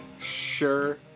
sure